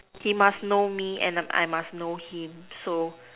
he must know me and err I must know him so